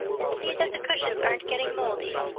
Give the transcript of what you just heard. and see that the cushions aren't getting moldy.